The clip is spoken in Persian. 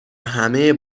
همه